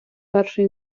першої